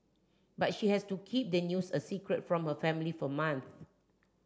but she has to keep the news a secret from her family for month